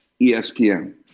ESPN